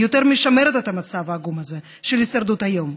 היא יותר משמרת את המצב העגום הזה של הישרדות היום,